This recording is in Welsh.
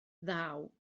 ddaw